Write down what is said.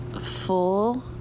Full